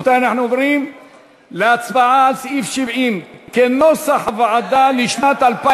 רבותי, אנחנו עוברים להצבעה על סעיף 70 לשנת 2015